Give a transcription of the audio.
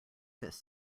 this